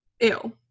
ew